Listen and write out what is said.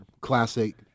classic